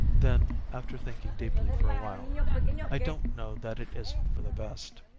then, after thinking deeply for a while i don't know that it isn't for the best